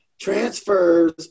Transfers